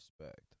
respect